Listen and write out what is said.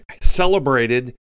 celebrated